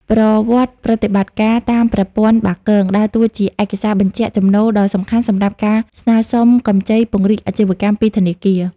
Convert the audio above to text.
ប្រវត្តិប្រតិបត្តិការតាម ប្រព័ន្ធបាគង ដើរតួជាឯកសារបញ្ជាក់ចំណូលដ៏សំខាន់សម្រាប់ការស្នើសុំកម្ចីពង្រីកអាជីវកម្មពីធនាគារ។